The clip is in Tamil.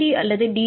சிடி அல்லது டி